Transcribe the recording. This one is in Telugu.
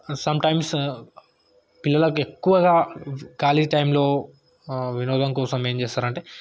సమ్టైమ్స్ పిల్లలకు ఎక్కువగా ఖాళీ టైమ్లో వినోదం కోసం ఏం చేస్తారంటే